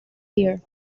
here